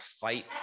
fight